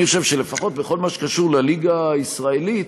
אני חושב שלפחות בכל מה שקשור לליגה הישראלית